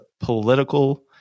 political